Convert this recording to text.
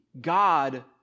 God